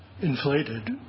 inflated